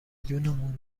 جونمون